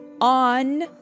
on